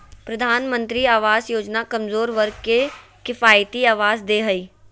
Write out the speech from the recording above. प्रधानमंत्री आवास योजना कमजोर वर्ग के किफायती आवास दे हइ